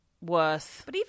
worth